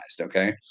okay